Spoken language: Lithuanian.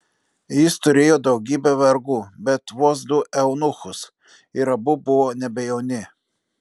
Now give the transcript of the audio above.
jis turėjo daugybę vergų bet vos du eunuchus ir abu buvo nebe jauni